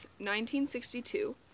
1962